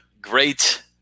great